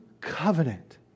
covenant